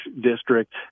district